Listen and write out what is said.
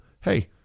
Hey